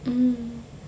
mm